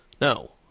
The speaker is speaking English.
No